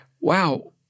wow